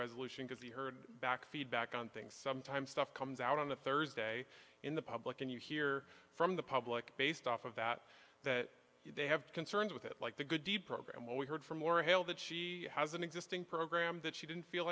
resolution as he heard back feedback on things sometimes stuff comes out on a thursday in the public and you hear from the public based off of that that they have concerns with it like the good deed program what we heard from or held that she has an existing program that she didn't feel